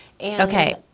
Okay